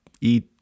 eat